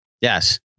yes